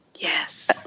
Yes